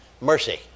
mercy